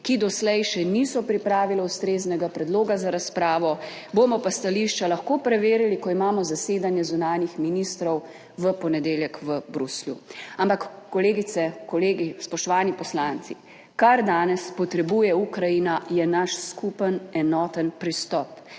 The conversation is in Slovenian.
ki doslej še niso pripravile ustreznega predloga za razpravo, bomo pa stališča lahko preverili, ko imamo zasedanje zunanjih ministrov v ponedeljek v Bruslju. Ampak, kolegice, kolegi, spoštovani poslanci, kar danes potrebuje Ukrajina, je naš skupen, enoten pristop,